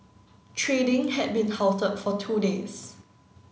trading had been halted for two days